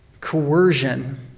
coercion